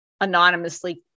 anonymously